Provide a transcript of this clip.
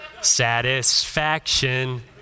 Satisfaction